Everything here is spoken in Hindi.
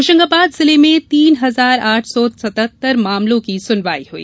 होशंगाबाद जिले में तीन हजार आठ सौ सतहत्तर मामलों की सुनवाई हुई